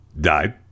died